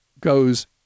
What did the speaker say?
goes